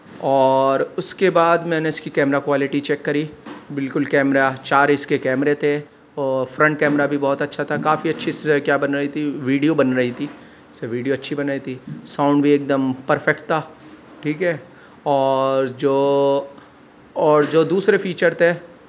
اور اس کے بعد میں نے اس کی کیمرا کولیٹی چیک کری بالکل کیمرہ چار اس کے کیمرے تھے اور فرنٹ کیمرہ بھی بہت اچھا تھا کافی اچھی اس کیا بن رہی تھی ویڈیو بن رہی تھی اس سے ویڈیو اچھی بن رہی تھی ساؤنڈ بھی ایک دم پرفیکٹ تھا ٹھیک ہے اور جو اور جو دوسرے فیچر تھے